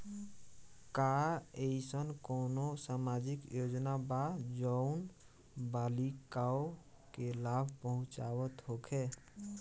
का एइसन कौनो सामाजिक योजना बा जउन बालिकाओं के लाभ पहुँचावत होखे?